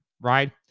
right